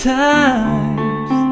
times